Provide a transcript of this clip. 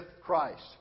Christ